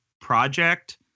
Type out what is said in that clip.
project